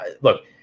look